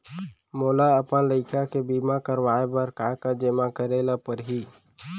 मोला अपन लइका के बीमा करवाए बर का का जेमा करे ल परही?